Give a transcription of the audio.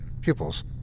pupils